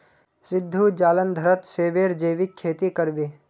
सिद्धू जालंधरत सेबेर जैविक खेती कर बे